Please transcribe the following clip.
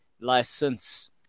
license